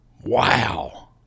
Wow